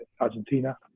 Argentina